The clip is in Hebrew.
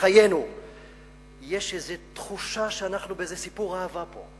בחיינו יש איזו תחושה שאנחנו באיזה סיפור אהבה פה,